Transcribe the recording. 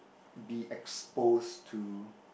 be exposed to